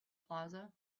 plaza